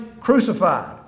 crucified